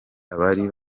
abari